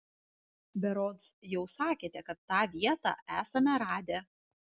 berods jau sakėte kad tą vietą esame radę